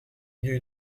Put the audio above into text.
mieux